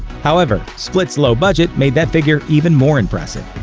however, split's low budget made that figure even more impressive.